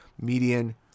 median